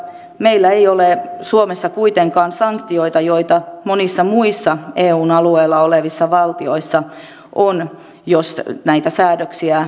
meillä ei ole suomessa kuitenkaan sanktioita joita monissa muissa eun alueella olevissa valtioissa on jos näitä säädöksiä rikotaan